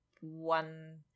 one